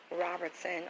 Robertson